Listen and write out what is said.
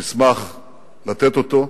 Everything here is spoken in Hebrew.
נשמח לתת אותו.